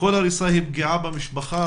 כל הריסה היא פגיעה במשפחה,